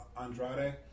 Andrade